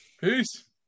Peace